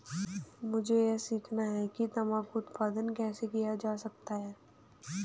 मुझे यह सीखना है कि तंबाकू उत्पादन कैसे किया जा सकता है?